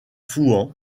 fouan